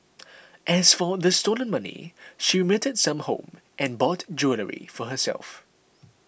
as for the stolen money she remitted some home and bought jewellery for herself